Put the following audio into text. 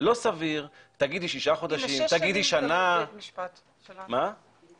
תגידי שישה חודשים, תגידי שנה, תגידי